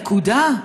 נקודה.